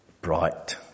bright